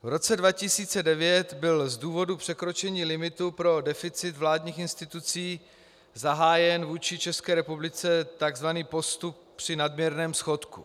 V roce 2009 byl z důvodu překročení limitu pro deficit vládních institucí zahájen vůči České republice tzv. postup při nadměrném schodku.